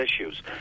issues